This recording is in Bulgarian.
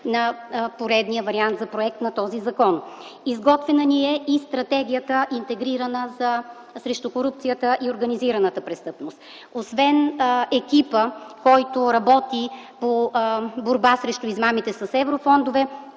на поредния вариант на проект на този закон. Изготвена е и Интегрирана стратегия срещу корупцията и организираната престъпност. Освен екипа, който работи по борба с измамите с еврофондовете,